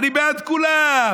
אני בעד כולם,